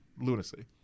lunacy